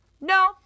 No